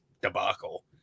debacle